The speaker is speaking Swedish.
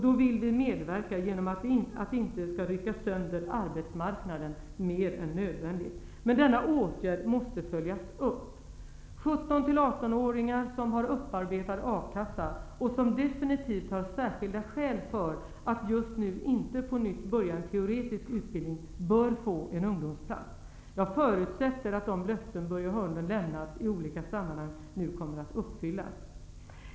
Då vill vi medverka, genom att det inte rycker sönder arbetsmarknaden mer än nödvändigt. Men denna åtgärd måste följas upp. 17--18-åringar som har arbetat så att de är berättigade till A-kassa och som definitivt har särskilda skäl för att just nu inte på nytt börja en teoretisk utbildning bör få en ungdomsplats. Jag förutsätter att de löften Börje Hörnlund lämnat i olika sammanhang nu kommer att uppfyllas.